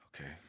Okay